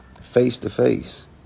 face-to-face